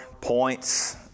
points